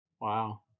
wow